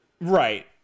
Right